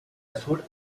azur